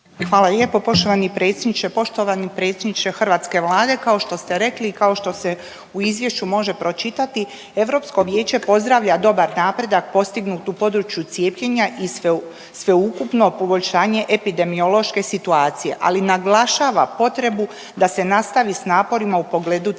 predsjedniče. Poštovani predsjedniče hrvatske vlade, kao što ste rekli i kao što se u izvješću može pročitati Europsko vijeće pozdravlja dobar napredak postignut u području cijepljenja i sveukupno poboljšanje epidemiološke situacije, ali naglašava potrebu da se nastavi s naporima u pogledu cijepljenja.